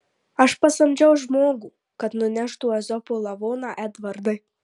aš pasamdžiau žmogų kad nuneštų ezopo lavoną edvardai